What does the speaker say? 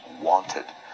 wanted